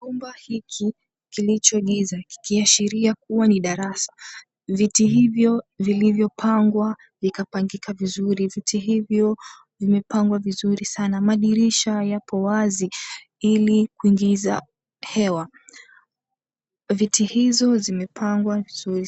Chumba hili kilicho giza kikiashiria kua ni darasa. Viti hivyo vilivyopangwa vikapangika vizuri. Viti hivyo vimepangwa viziri sana. Madirisha yapo wazi ili kuingiza hewa. Viti hizo zimepangwa vizuri.